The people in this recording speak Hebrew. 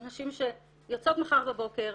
נשים שיוצאות מחר בבוקר,